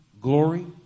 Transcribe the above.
glory